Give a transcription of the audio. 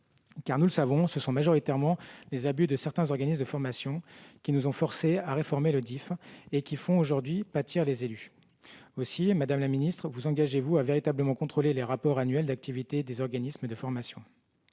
Car, nous le savons, ce sont majoritairement les abus de certains organismes de formation qui nous ont forcés à réformer le DIFE, ce dont les élus pâtissent aujourd'hui. Madame la ministre, vous engagez-vous à véritablement contrôler les rapports annuels d'activité des organismes de formation ?